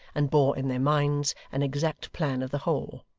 and bore in their minds an exact plan of the whole.